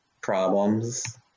problems